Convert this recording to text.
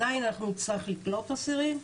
עדיין אנחנו נצטרך לקלוט אסירים,